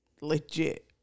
legit